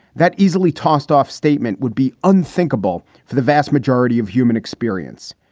that easily tossed off statement would be unthinkable for the vast majority of human experience.